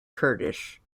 kurdish